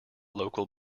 local